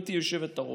גברתי היושבת-ראש.